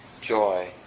joy